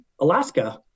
Alaska